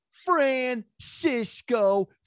Francisco